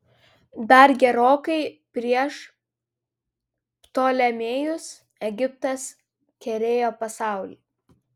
dar gerokai prieš ptolemėjus egiptas kerėjo pasaulį